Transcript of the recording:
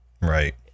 Right